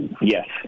Yes